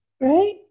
right